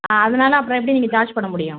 ஆ அதனால் அப்புறம் எப்படி நீங்கள் சார்ஜ் பண்ணமுடியும்